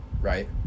right